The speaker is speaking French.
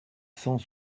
cent